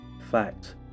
fact